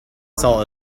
saw